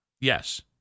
Yes